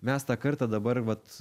mes tą kartą dabar vat